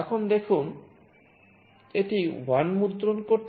এখন দেখুন এটি 1 মুদ্রণ করছে